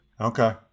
Okay